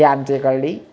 ते आमचेकडली